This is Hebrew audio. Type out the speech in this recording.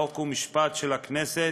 חוק ומשפט של הכנסת,